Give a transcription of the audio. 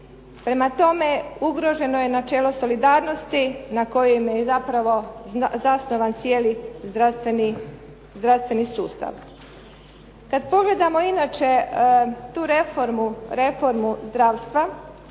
Prema tome, ugroženo je načelo solidarnosti na kojem je i zapravo zasnovan cijeli zdravstveni sustav. Kad pogledamo inače tu reformu zdravstva